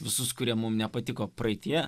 visus kurie mum nepatiko praeityje